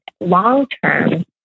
long-term